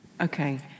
Okay